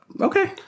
Okay